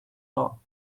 law